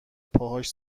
پاهاش